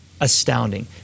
astounding